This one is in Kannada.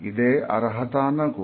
ಇದೇ ಅರ್ಹತಾ ನಗು